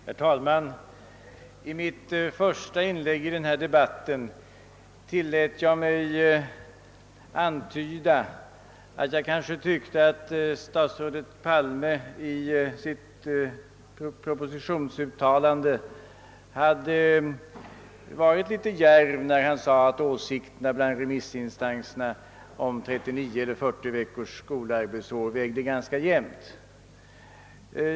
Herr talman! I mitt första inlägg i denna debatt tillät jag mig antyda att jag kanske tyckte, att statsrådet Palme i sitt propositionsuttalande hade varit litet djärv, när han sade att åsikterna bland remissinstanserna om 39 eller 40 veckors skolarbetsår vägde ganska jämnt.